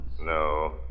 No